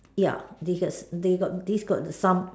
ya this us they got this got some